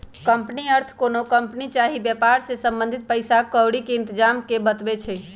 company अर्थ कोनो company चाही वेपार से संबंधित पइसा क्औरी के इतजाम के बतबै छइ